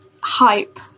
hype